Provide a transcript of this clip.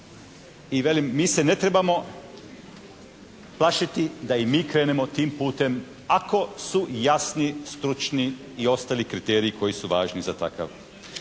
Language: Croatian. mi se ne trebamo plašiti da i mi krenemo tim putem ako su jasni stručni i ostali kriteriji koji su važni za takav